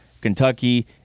Kentucky